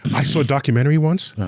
i saw a documentary once,